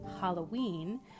Halloween